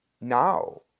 now